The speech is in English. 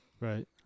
Right